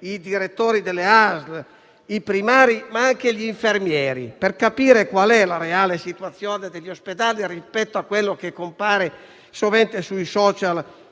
i direttori delle ASL, i primari, ma anche gli infermieri, per capire qual è la reale situazione degli ospedali rispetto a quello che compare sovente sui *social*